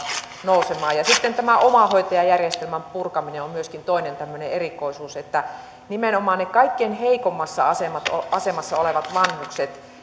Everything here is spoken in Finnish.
nousemaan sitten tämä omahoitajajärjestelmän purkaminen on myöskin toinen tämmöinen erikoisuus koska nimenomaan juuri ne kaikkein heikoimmassa asemassa olevat vanhukset